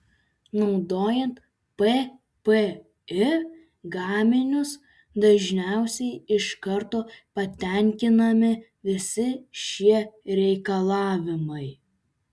naudojant ppi gaminius dažniausiai iš karto patenkinami visi šie reikalavimai